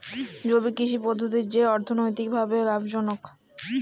জৈব কৃষি পদ্ধতি কি অর্থনৈতিকভাবে লাভজনক?